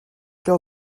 leurs